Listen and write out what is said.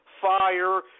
fire